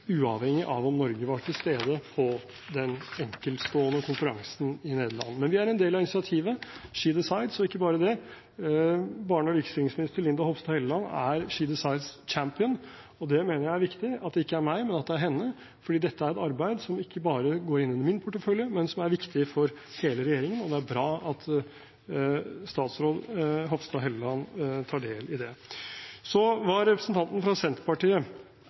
uavhengig av om Norge var til stede på den enkeltstående konferansen i Nederland. Men vi er en del av initiativet She Decides – og ikke bare det, barne- og likestillingsminister Linda C. Hofstad Helleland er She Decides Champion. Det mener jeg er viktig – at det ikke er meg, men at det er henne – fordi dette er et arbeid som ikke bare går inn under min portefølje, men som er viktig for hele regjeringen. Det er bra at statsråd Hofstad Helleland tar del i det. Så var representanten fra Senterpartiet